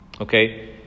Okay